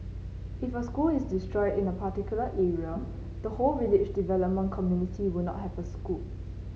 if a school is destroyed in a particular area the whole village development committee will not have a school